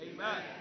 Amen